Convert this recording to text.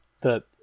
The